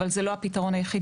אבל זה לא הפתרון היחידי.